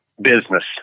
business